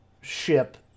ship